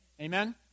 Amen